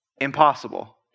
impossible